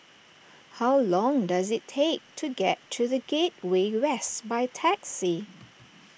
how long does it take to get to the Gateway West by taxi